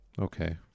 okay